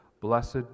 Blessed